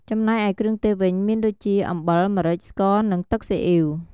ចំណែកឯគ្រឿងទេសវិញមានដូចជា អំបិល ម្រេច ស្ករ និងទឹកស៊ីអ៉ីវ។